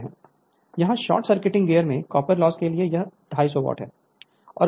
यहां short circuiting gear में copper loss के लिए यह 250 वाट है